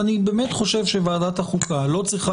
ואני באמת חושב שוועדת החוקה לא צריכה